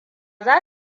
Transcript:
za